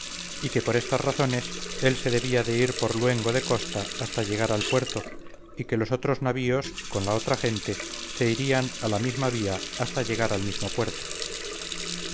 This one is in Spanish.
y que por estas razones él se debía de ir por luengo de costa hasta llegar al puerto y que los otros navíos con la otra gente se irían a la misma vía hasta llegar al mismo puerto